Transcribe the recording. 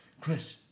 Chris